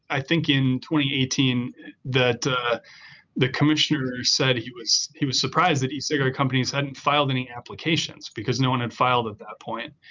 i think in twenty eighteen that the the commissioner said he was he was surprised that e-cigarette companies hadn't filed any applications because no one had filed at that point.